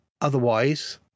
otherwise